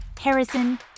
Harrison